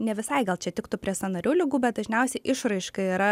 ne visai gal čia tiktų prie sąnarių ligų bet dažniausiai išraiška yra